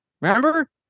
Remember